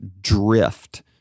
drift